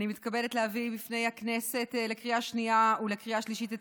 אני מתכבדת להביא בפני הכנסת לקריאה שנייה ולקריאה שלישית את